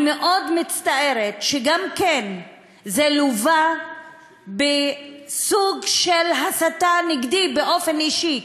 אני מאוד מצטערת שזה גם כן לווה בסוג של הסתה נגדי באופן אישי,